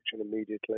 immediately